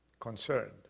concerned